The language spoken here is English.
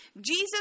Jesus